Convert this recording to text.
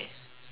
why